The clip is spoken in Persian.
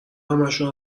همشون